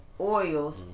oils